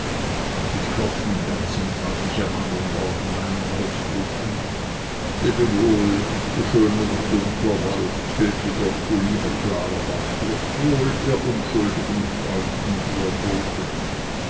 mit klopfendem herzen trat ich am andern morgen meinen ausflug an lebe wohl du dunkler schöner wald b'hüetdi gott du lieber klarer bach lebt wohl ihr unschuldigen freuden die ihr botet